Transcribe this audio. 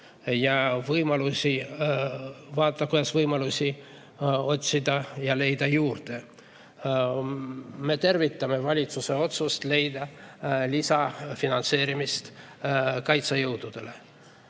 ja vaatama, kuidas võimalusi otsida ja leida. Me tervitame valitsuse otsust leida lisafinantseerimist kaitsejõududele.